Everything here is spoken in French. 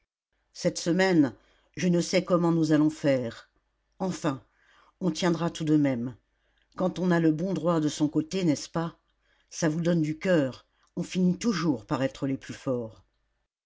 cette semaine je ne sais comment nous allons faire enfin on tiendra tout de même quand on a le bon droit de son côté n'est-ce pas ça vous donne du coeur on finit toujours par être les plus forts